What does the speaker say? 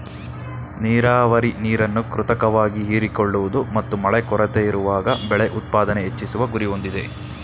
ನೀರಾವರಿ ನೀರನ್ನು ಕೃತಕವಾಗಿ ಹೀರಿಕೊಳ್ಳುವುದು ಮತ್ತು ಮಳೆ ಕೊರತೆಯಿರುವಾಗ ಬೆಳೆ ಉತ್ಪಾದನೆ ಹೆಚ್ಚಿಸುವ ಗುರಿ ಹೊಂದಿದೆ